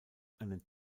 einen